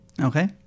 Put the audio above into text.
Okay